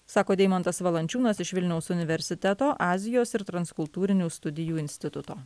sako deimantas valančiūnas iš vilniaus universiteto azijos ir transkultūrinių studijų instituto